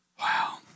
Wow